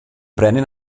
brenin